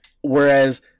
Whereas